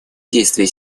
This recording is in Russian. действия